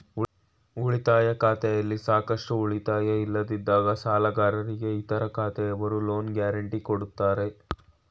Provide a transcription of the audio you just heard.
ಉಳಿತಾಯ ಖಾತೆಯಲ್ಲಿ ಸಾಕಷ್ಟು ಉಳಿತಾಯ ಇಲ್ಲದಿದ್ದಾಗ ಸಾಲಗಾರರಿಗೆ ಇತರ ಖಾತೆಯವರು ಲೋನ್ ಗ್ಯಾರೆಂಟಿ ಕೊಡ್ತಾರೆ